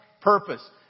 purpose